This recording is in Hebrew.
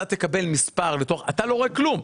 אתה לא רואה כלום.